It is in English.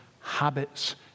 habits